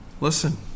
Listen